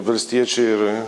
valstiečiai ir